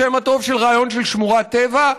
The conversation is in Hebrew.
בשם הטוב של הרעיון של שמורת טבע.